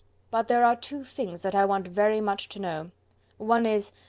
but there are two things that i want very much to know one is,